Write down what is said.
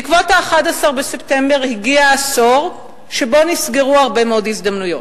בעקבות ה-11 בספטמבר הגיע עשור שבו נסגרו הרבה מאוד הזדמנויות.